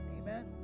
Amen